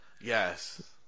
yes